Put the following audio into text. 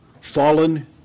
Fallen